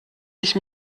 ich